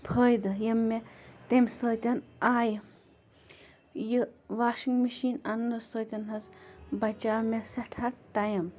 فٲیِدٕ یِم مےٚ تَمہِ سۭتۍ آیہِ یہِ واشِنٛگ مِشیٖن اَننہٕ سۭتۍ حظ بچیو مےٚ سٮ۪ٹھاہ ٹایِم